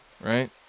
right